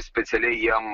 specialiai jiem